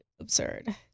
absurd